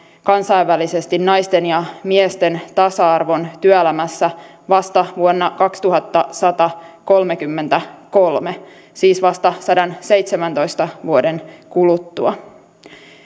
kansainvälisesti naisten ja miesten tasa arvon työelämässä vasta vuonna kaksituhattasatakolmekymmentäkolme siis vasta sadanseitsemäntoista vuoden kuluttua